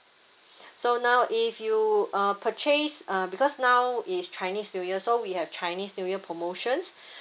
so now if you uh purchase uh because now is chinese new year so we have chinese new year promotions